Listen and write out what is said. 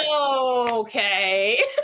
Okay